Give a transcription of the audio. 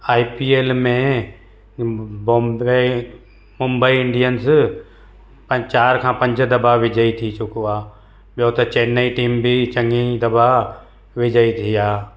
आई P L में Bombay Mumbai Indians पं चारि खां पंज दफ़ा विजय थी चुको आहे ॿियो त चेन्नई टीम बि चङी दफ़ा विजय थी आहे